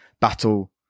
battle